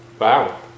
Wow